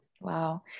Wow